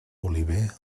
oliver